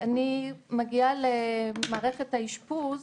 אני מגיעה למערכת האשפוז.